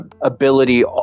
ability